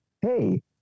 Hey